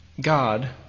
God